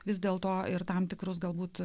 vis dėl to ir tam tikrus galbūt